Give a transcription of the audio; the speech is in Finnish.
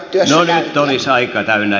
no nyt olisi aika täynnä